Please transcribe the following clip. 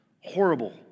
horrible